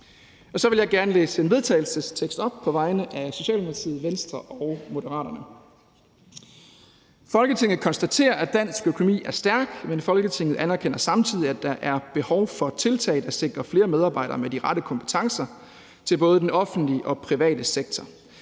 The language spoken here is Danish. Så vil jeg gerne læse en vedtagelsestekst op på vegne af Socialdemokratiet, Venstre og Moderaterne: Forslag til vedtagelse »Folketinget konstaterer, at dansk økonomi er stærk, men Folketinget anerkender samtidig, at der er behov for tiltag, der sikrer flere medarbejdere med de rette kompetencer til både den offentlige og private sektor.